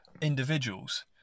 individuals